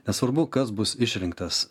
nesvarbu kas bus išrinktas